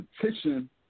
petition